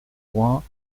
point